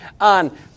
on